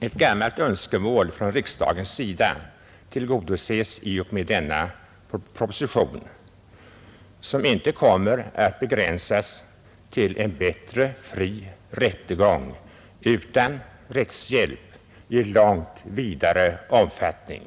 Ett gammalt önskemål från riksdagens sida tillgodoses i och med denna proposition, som inte kommer att begränsas till en bättre fri rättegång utan avser rättshjälp i långt vidare omfattning.